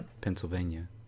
Pennsylvania